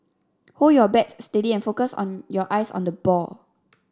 hold your bat steady and focus on your eyes on the ball